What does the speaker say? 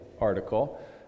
article